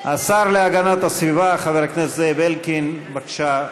השר להגנת הסביבה חבר הכנסת זאב אלקין, בבקשה.